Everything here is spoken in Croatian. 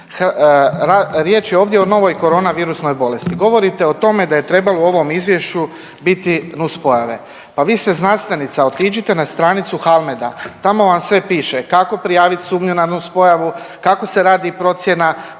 Riječ je ovdje o novoj corona bolesnoj virusnoj bolesti. Govorite o tome da je trebalo u ovom izvješću biti nuspojave. Pa vi ste znanstvenica, otiđite na stranicu Halmeda tamo vam sve piše kako prijaviti sumnju na nuspojavu, kako se radi p0rocjena,